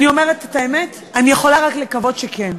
אני אומרת את האמת, אני יכולה רק לקוות שכן.